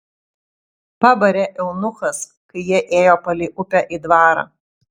pabarė eunuchas kai jie ėjo palei upę į dvarą